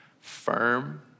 firm